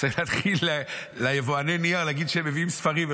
צריך להתחיל להגיד ליבואני הנייר שהם מביאים ספרים,